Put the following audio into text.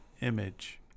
image